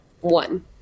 one